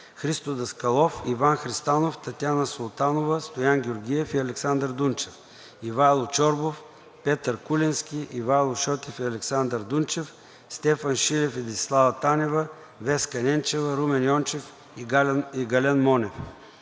Христо Даскалов, Иван Христанов, Татяна Султанова, Стоян Георгиев и Александър Дунчев; Ивайло Чорбов; Петър Куленски, Ивайло Шотев и Александър Дунчев; Стефан Шилев и Десислава Танева; Веска Ненчева; Румен Йончев и Гален Монев;